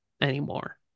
anymore